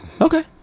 okay